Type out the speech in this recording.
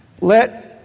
Let